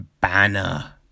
banner